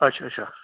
अच्छा